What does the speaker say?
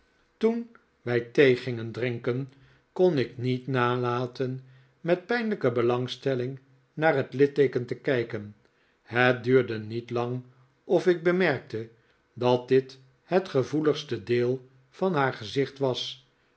toen wij thee gingen drinken kon ik niet nalaten met pijnlijke belangstelling naar het litteeken te kijken het duurde niet lang of ik bemerkte dat dit het gevoeligste deel van haar gezicht was